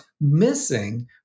missing